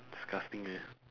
disgusting eh